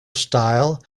style